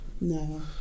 No